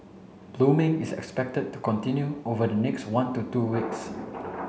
blooming is expected to continue over the next one to two weeks